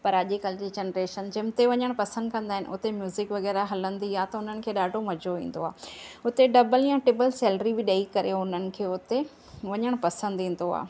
पर अॼुकल्ह जी जनरेशन जिम ते वञणु पसंदि कंदा आहिनि उते म्यूज़िक वग़ैरह हलंदी आहे त उन्हनि खे ॾाढो मज़ो ईंदो आहे हुते डबल या ट्रिपल सैलरी बि ॾेई करे उन्हनि खे हुते वञणु पसंदि ईंदो आहे